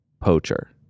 poacher